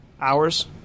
Hours